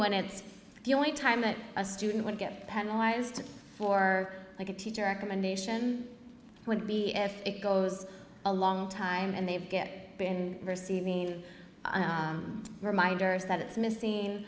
when it's the only time that a student would get penalize for like a teacher recommendation would be if it goes a long time and they get been receiving reminders that it's missing